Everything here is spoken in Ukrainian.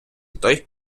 той